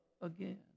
again